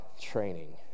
training